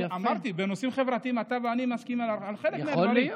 אני אמרתי שבנושאים חברתיים אתה ואני נסכים על חלק מהדברים,